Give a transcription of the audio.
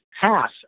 pass